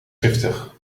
giftig